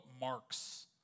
marks